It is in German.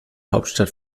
hauptstadt